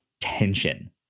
tension